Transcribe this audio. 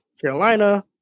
Carolina